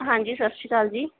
ਹਾਂਜੀ ਸਤਿ ਸ਼੍ਰੀ ਅਕਾਲ ਜੀ